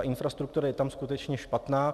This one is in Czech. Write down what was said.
Infrastruktura je tam skutečně špatná.